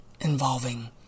involving